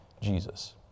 Jesus